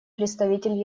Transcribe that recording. представитель